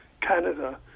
Canada